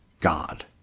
God